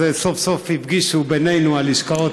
סוף-סוף הפגישו בינינו הלשכות.